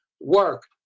work